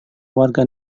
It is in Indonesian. warga